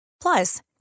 Plus